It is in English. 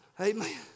amen